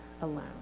alone